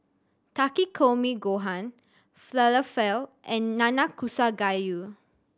Takikomi Gohan Falafel and Nanakusa Gayu